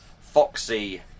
foxy